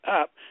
up